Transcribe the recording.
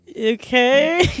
Okay